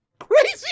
Crazy